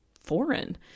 foreign